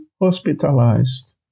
hospitalized